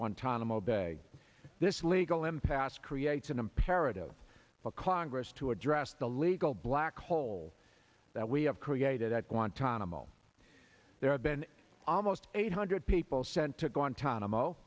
guantanamo bay this legal impasse creates an imperative for congress to address the legal black hole that we have created at guantanamo there have been almost eight hundred people sent to guantanamo